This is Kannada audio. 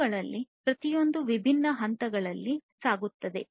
ಇವುಗಳಲ್ಲಿ ಪ್ರತಿಯೊಂದೂ ವಿಭಿನ್ನ ಹಂತಗಳಲ್ಲಿ ಸಾಗುತ್ತವೆ